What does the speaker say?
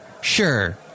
sure